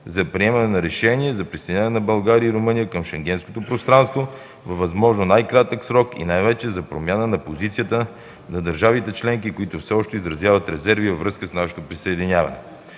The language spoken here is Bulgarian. за приемане на решение за присъединяване на България и Румъния към Шенгенското пространство във възможно най-кратък срок и най-вече за промяна на позицията на държавите членки, които все още изразяват резерви във връзка с нашето присъединяване.